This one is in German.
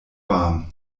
warm